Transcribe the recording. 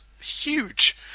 huge